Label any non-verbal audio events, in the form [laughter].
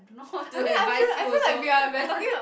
Don't know how to advise you also [laughs]